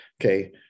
Okay